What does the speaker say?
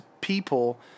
people